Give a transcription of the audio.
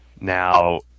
Now